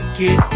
get